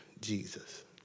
Jesus